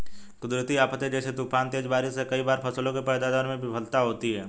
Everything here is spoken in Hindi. कुदरती आफ़ते जैसे तूफान, तेज बारिश से कई बार फसलों की पैदावार में विफलता होती है